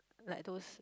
like those